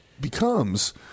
becomes